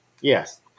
yes